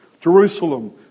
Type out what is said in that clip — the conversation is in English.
Jerusalem